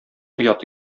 ояты